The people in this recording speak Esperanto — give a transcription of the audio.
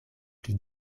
pli